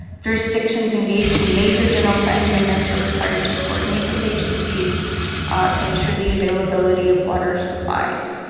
jurisdictions engaged in major general plan amendments are required to coordinate with agencies to ensure the availability of water supplies,